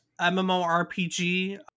MMORPG